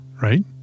right